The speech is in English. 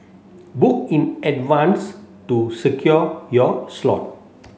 book in advance to secure your slot